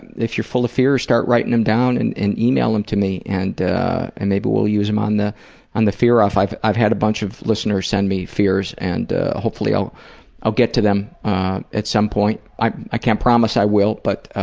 if you're full of fears, start writing them down and email them to me, and and maybe we'll use them on the on the fear-off. i've i've had a bunch of listeners listeners send me fears and hopefully i'll i'll get to them ah at some point. i i can't promise i will, but,